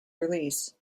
release